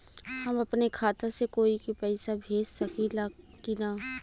हम अपने खाता से कोई के पैसा भेज सकी ला की ना?